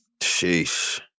Sheesh